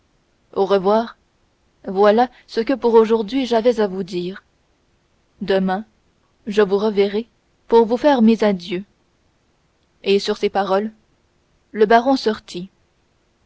au revoir voilà ce que pour aujourd'hui j'avais à vous dire demain je vous reverrai pour vous faire mes adieux et sur ces paroles le baron sortit